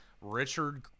Richard